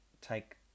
take